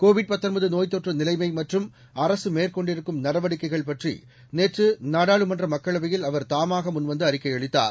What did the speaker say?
Covid நோய் தொற்று நிலைமை மற்றும் அரசு மேற்கொண்டிருக்கும் நடவடிக்கைகள் பற்றி நேற்று நாடாளுமன்ற மக்களவையில் அவர் தாமாக முன்வந்து அறிக்கை அளித்தார்